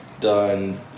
done